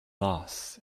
loss